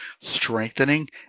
strengthening